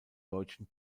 deutschen